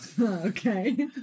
Okay